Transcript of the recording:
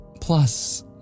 Plus